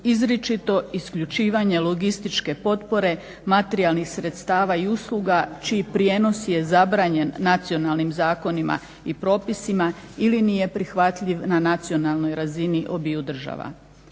izričito isključivanje logističke potpore materijalnih sredstava i usluga čiji je prijevoz zabranjen nacionalnim zakonima i propisima ili nije prihvatljiv na nacionalnoj razini obiju država.